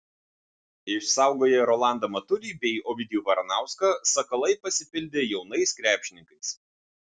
išsaugoję rolandą matulį bei ovidijų varanauską sakalai pasipildė jaunais krepšininkais